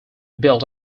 built